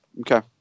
Okay